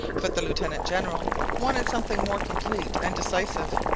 but the lieutenant-general wanted something more complete and decisive.